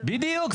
בדיוק.